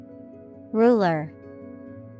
Ruler